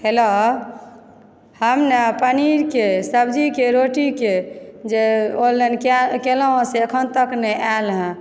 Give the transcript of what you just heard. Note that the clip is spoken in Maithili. हेलो हम ने पनीरके सब्जीके रोटीके जे ऑनलाइन केलहुॅं से एखन तक नहि आयल हँ